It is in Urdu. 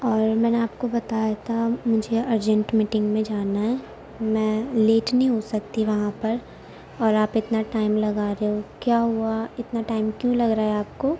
اور میں نے آپ کو بتایا تھا مجھے ارجینٹ میٹنگ میں جانا ہے میں لیٹ نہیں ہو سکتی وہاں پر اور آپ اتنا ٹائم لگا رہے ہو کیا ہوا اتنا ٹائم کیوں لگ رہا ہے آپ کو